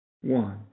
one